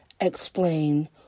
explain